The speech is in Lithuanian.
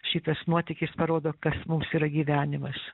šitas nuotykis parodo kas mums yra gyvenimas